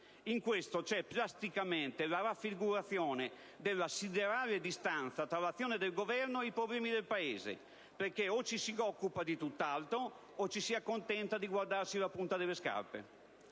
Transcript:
In questo c'è drasticamente la raffigurazione della siderale distanza tra i l'azione del Governo e i problemi del Paese, perché o ci si occupa di tutt'altro o ci si accontenta di guardarsi la punta delle scarpe.